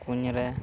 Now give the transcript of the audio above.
ᱠᱩᱧ ᱨᱮ